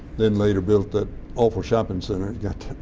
then later built that awful shopping center